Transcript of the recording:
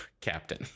captain